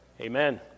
Amen